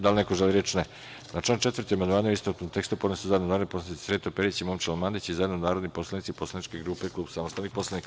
Da li neko želi reč? (Ne.) Na član 4. amandmane u istovetnom tekstu podneli su narodni poslanici Sreto Perić i Momčilo Mandić i zajedno narodni poslanici poslaničke grupe Klub samostalnih poslanika.